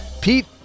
Pete